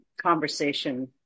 conversation